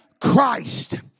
Christ